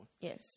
Yes